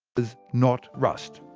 does not rust.